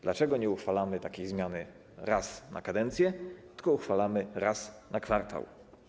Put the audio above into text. Dlaczego nie uchwalamy takiej zmiany raz na kadencję, tylko uchwalamy raz na kwartał?